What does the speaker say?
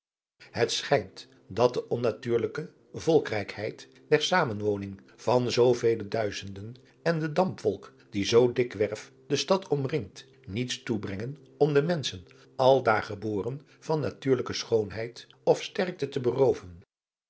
het schijnt dat de onnatuurlijke volkrijkheid der zamenwoning van zoo vele duizenden en de dampwolk die zoo dikwerf die stad omringt niets toebrengen om de menschen aldaar geboren van natuurlijke schoonheid of sterkte te berooven